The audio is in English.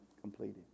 completed